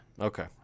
Okay